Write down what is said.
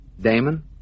Damon